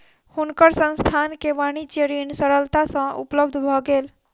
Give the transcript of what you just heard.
हुनकर संस्थान के वाणिज्य ऋण सरलता सँ उपलब्ध भ गेल